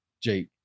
Jake